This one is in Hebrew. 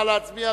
נא להצביע.